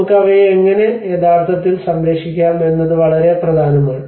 നമുക്ക് അവയെ എങ്ങനെ യഥാർത്ഥത്തിൽ സംരക്ഷിക്കാം എന്നത് വളരെ പ്രധാനമാണ്